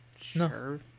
sure